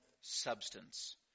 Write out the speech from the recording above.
substance